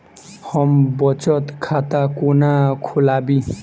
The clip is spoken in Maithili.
हम बचत खाता कोना खोलाबी?